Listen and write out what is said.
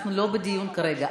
אנחנו לא בדיון כרגע,